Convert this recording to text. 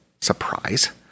Surprise